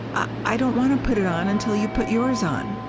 i. i don't want to put it on until you put yours on.